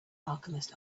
alchemist